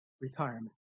Retirement